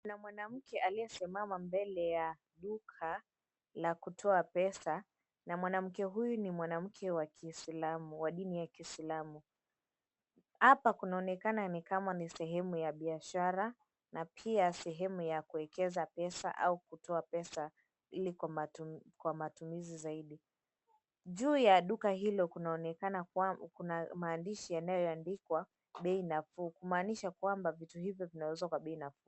Kuna mwanamke aliyesimama mbele ya duka la kutoa pesa , na mwanamke huyu ni mwanamke wa dini ya Kiislamu. Hapa kunaonekana ni kama ni sehemu ya biashara na pia sehemu ya kuwekeza pesa au kutoa pesa ili kwa matumizi zaidi. Juu ya duka hilo kunaonekana maandishi yanayoandikwa bei nafuu kumaanisha kwamba vitu hivyo vinauzwa kwa bei nafuu.